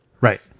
Right